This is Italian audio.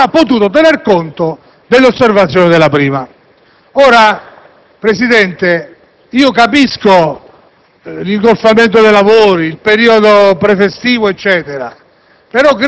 non ha potuto tener conto delle osservazioni della 1a Commissione. Ora, Presidente, capisco l'ingolfamento dei lavori, il periodo prefestivo, eccetera,